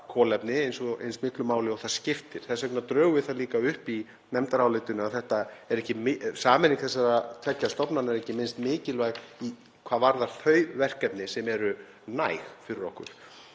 kolefni eins miklu máli og það skiptir. Þess vegna drögum við það líka upp í nefndarálitinu að sameining þessara tveggja stofnana er ekki minnst mikilvæg hvað varðar þau verkefni sem eru næg fyrir okkur.